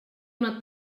una